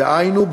דהיינו,